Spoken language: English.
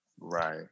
right